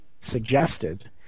suggested